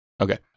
Okay